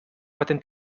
baten